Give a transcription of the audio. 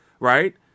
right